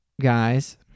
guys